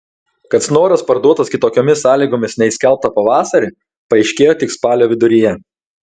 kad snoras parduotas kitokiomis sąlygomis nei skelbta pavasarį paaiškėjo tik spalio viduryje